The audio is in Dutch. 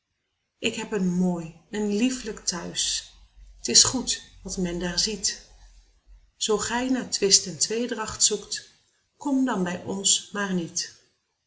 ik heb een mooi een lieflijk thuis t is goed wat men daar ziet zoo gij naar twist en tweedracht zoekt kom dan bij ons maar niet